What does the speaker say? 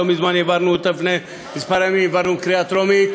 של חבר הכנסת יעקב מרגי וקבוצת חברי הכנסת.